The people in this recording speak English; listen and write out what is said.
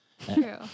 True